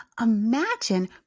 Imagine